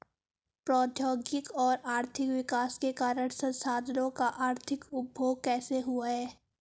प्रौद्योगिक और आर्थिक विकास के कारण संसाधानों का अधिक उपभोग कैसे हुआ है?